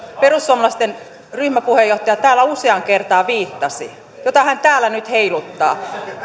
perussuomalaisten ryhmäpuheenjohtaja täällä useaan kertaan viittasi ja jota hän täällä nyt heiluttaa